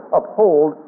uphold